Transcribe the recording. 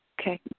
okay